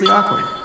Awkward